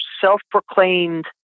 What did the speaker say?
self-proclaimed